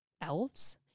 elves